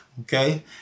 okay